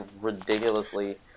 ridiculously